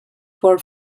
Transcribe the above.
for